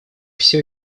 всё